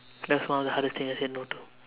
that's one of the hardest thing I said no to